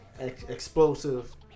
explosive